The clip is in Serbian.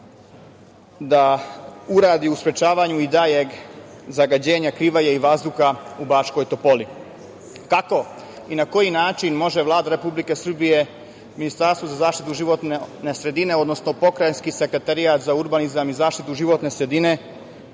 da uradi u sprečavanju daljeg zagađenja Krivaje i vazduha u Bačkoj Topoli? Kako i na koji način može Vlada Republike Srbije, Ministarstvo za zaštitu životne sredine, odnosno pokrajinski sekretar za urbanizam i zaštitu životne sredine